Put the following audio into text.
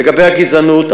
לגבי הגזענות,